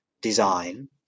design